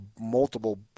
multiple